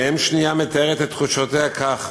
ואם שנייה מתארת את תחושותיה כך,